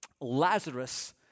Lazarus